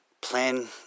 plan